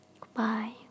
Goodbye